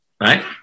right